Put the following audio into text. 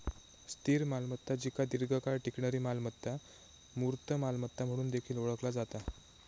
स्थिर मालमत्ता जिका दीर्घकाळ टिकणारी मालमत्ता, मूर्त मालमत्ता म्हणून देखील ओळखला जाता